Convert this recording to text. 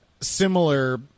similar